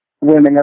women